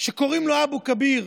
שקוראים לו אבו כביר?